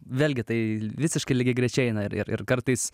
vėlgi tai visiškai lygiagrečiai eina ir ir ir kartais